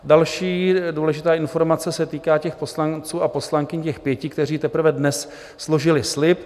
Další důležitá informace se týká těch poslanců a poslankyň, těch pěti, kteří teprve dnes složili slib.